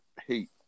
hate